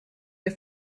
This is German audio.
wir